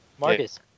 Marcus